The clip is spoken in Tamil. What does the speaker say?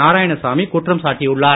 நாராயணசாமி குற்றம் சாட்டியுள்ளார்